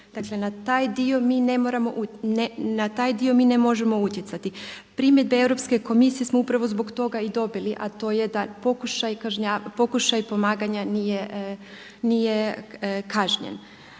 moramo, na taj dio mi ne možemo utjecati. Primjedbe Europske komisije smo upravo zbog toga i dobili a to je da pokušaj kažnjavanja,